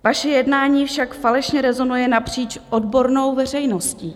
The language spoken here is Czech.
Vaše jednání však falešně rezonuje napříč odbornou veřejností.